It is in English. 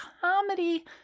comedy